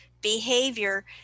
behavior